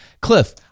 Cliff